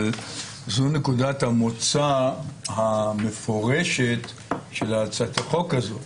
אבל זו נקודת המוצא המפורשת של הצעת החוק הזו.